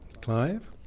Clive